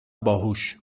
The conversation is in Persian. باهوش